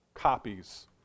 copies